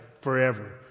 forever